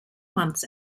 months